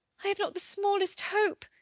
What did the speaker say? i have not the smallest hope.